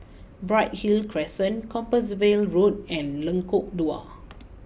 Bright Hill Crescent Compassvale Road and Lengkok Dua